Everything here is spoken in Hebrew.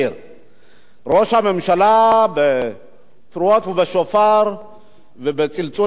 ראש הממשלה, בתרועות ובשופר ובצלצולים רבים מאוד,